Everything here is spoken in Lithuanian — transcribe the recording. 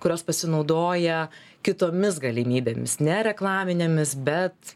kurios pasinaudoja kitomis galimybėmis ne reklaminėmis bet